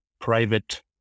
private